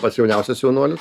pats jauniausias jaunuolis